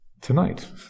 tonight